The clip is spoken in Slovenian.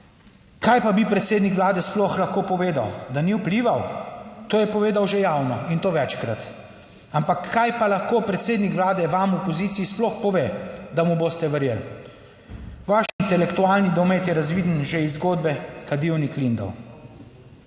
Kaj pa bi predsednik Vlade sploh lahko povedal? Da ni vplival? To je povedal že javno in to večkrat. Ampak kaj pa lahko predsednik Vlade vam v opoziciji sploh pove, da mu boste verjeli? Vaš intelektualni domet je razviden že iz zgodbe Kadivnik-Lindav.